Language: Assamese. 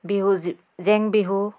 বিহু জেং বিহু